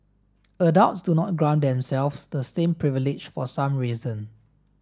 adults do not grant themselves the same privilege for some reason